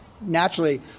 naturally